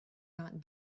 not